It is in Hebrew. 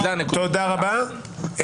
תודה רבה.